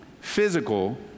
physical